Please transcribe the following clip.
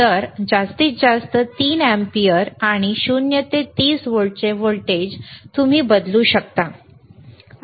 तर जास्तीत जास्त 3 अँपिअर आणि 0 ते 30 व्होल्टचे व्होल्टेज तुम्ही बदलू शकता